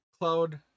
cloud